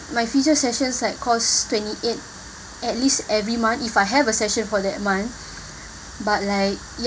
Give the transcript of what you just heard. my physio sessions like cost twenty eight at least every month if I have a session for that month but like